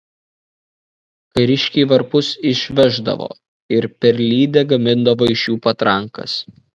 kariškiai varpus išveždavo ir perlydę gamindavo iš jų patrankas